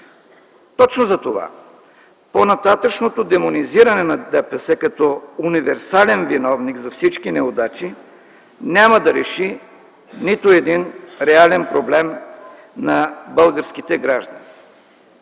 Точно затова по-нататъшното демонизиране на ДПС като универсален виновник за всички неудачи няма да реши нито един реален проблем на българските граждани.